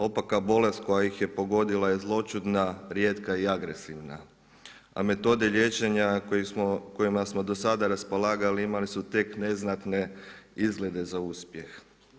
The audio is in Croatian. Opaka bolest koja ih je pogodila je zloćudna, rijetka i agresivna, a metode liječenja kojima smo do sada raspolagali imali su tek neznatne izglede za uspjeh.